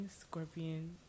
scorpion